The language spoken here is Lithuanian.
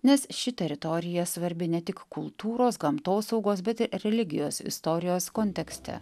nes ši teritorija svarbi ne tik kultūros gamtosaugos bet i religijos istorijos kontekste